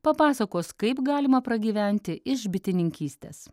papasakos kaip galima pragyventi iš bitininkystės